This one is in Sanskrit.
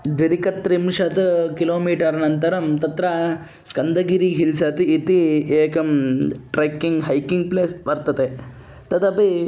द्व्यधिकत्रिंशत् किलोमीटर् अनन्तरं तत्र स्कन्दगिरिः हिल्स् इति इति एकं ट्रक्किङ्ग् हैकिङ्ग् प्लेस् वर्तते तदपि